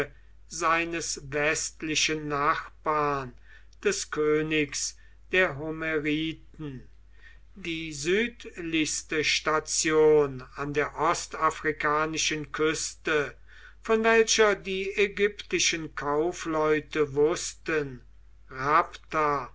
seines westlichen nachbarn des königs der homeriten die südlichste station an der ostafrikanischen küste von welcher die ägyptischen kaufleute wußten